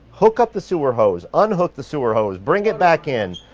hook up the sewer hose, unhook the sewer hose, bring it back in.